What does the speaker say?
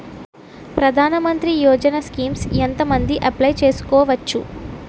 ప్రధాన మంత్రి యోజన స్కీమ్స్ ఎంత మంది అప్లయ్ చేసుకోవచ్చు?